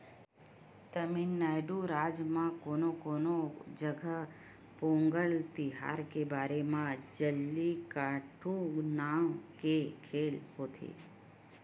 तमिलनाडू राज म कोनो कोनो जघा पोंगल तिहार के बेरा म जल्लीकट्टू नांव के खेल होथे